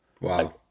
Wow